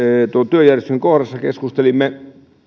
päiväjärjestyksen kohdassa keskustelimme